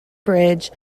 bridge